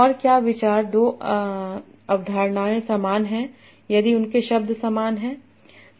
और क्या विचार दो अवधारणाएं समान हैं यदि उनके शब्द समान शब्द हैं